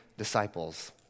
disciples